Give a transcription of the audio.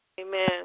Amen